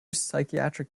psychiatric